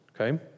okay